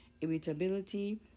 irritability